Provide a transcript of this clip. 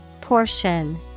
Portion